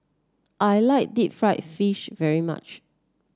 I like Deep Fried Fish very much